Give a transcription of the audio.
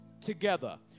together